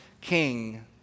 king